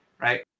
right